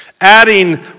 adding